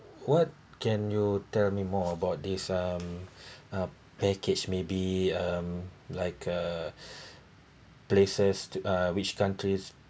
what can you tell me more about this um a package may be um like uh places to uh which countries